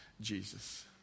Jesus